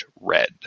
red